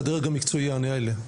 שהדרג המקצועי יענה עליה.